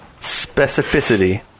specificity